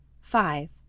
Five